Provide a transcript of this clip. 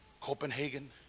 Copenhagen